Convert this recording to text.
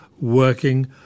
working